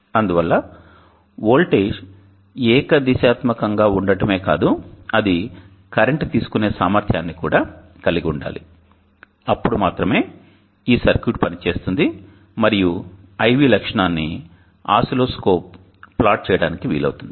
అందువల్ల వోల్టేజ్ ఏకదిశాత్మకంగా ఉండటమే కాదు అది కరెంట్ తీసుకొనే సామర్థ్యాన్ని కూడా కలిగి ఉండాలి అప్పుడు మాత్రమే ఈ సర్క్యూట్ పని చేస్తుంది మరియు IV లక్షణాన్ని అసిల్లోస్కోప్లో ప్లాట్ చేయడానికి వీలవుతుంది